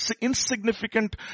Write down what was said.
insignificant